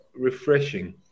refreshing